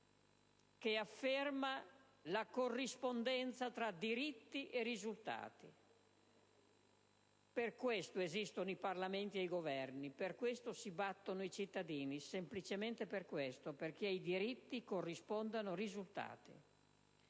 che afferma la corrispondenza tra diritti e risultati. Per questo esistono i Parlamenti ed i Governi. Per questo si battono i cittadini: semplicemente per questo, perché ai diritti corrispondano i risultati.